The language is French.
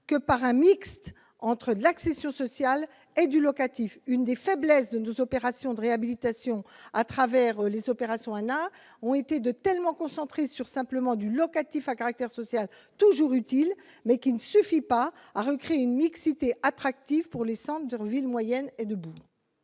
que par un mixte entre l'accession sociale et du locatif, une des faiblesses de nos opérations de réhabilitation à travers les opérations Anna ont été de tellement concentrés sur simplement du locatif à caractère social toujours utile, mais qui ne suffit pas à recréer une mixité attractif pour les centres villes moyennes et debout.